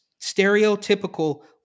stereotypical